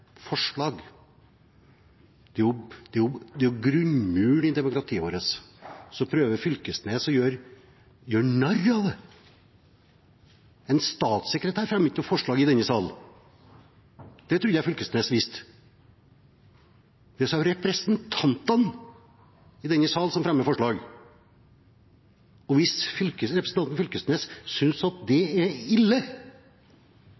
forslag. Det er grunnmuren i demokratiet vårt. Så prøver Knag Fylkesnes å gjøre narr av det. En statssekretær fremmer ikke noe forslag i denne salen. Det trodde jeg Knag Fylkesnes visste. Det er representantene i denne salen som fremmer forslag. Hvis representanten Knag Fylkesnes synes at det